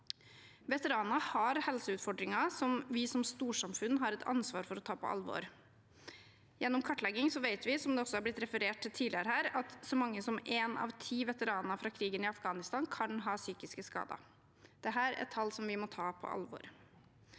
Veteraner har helseutfordringer vi som storsamfunn har et ansvar for å ta på alvor. Gjennom kartlegging vet vi, som det også har blitt referert til tidligere her, at så mange som én av ti veteraner fra krigen i Afghanistan kan ha psykiske skader. Dette er tall vi må ta på alvor.